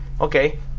okay